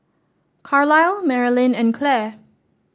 Carlyle Marilynn and Claire